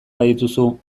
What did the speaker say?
badituzu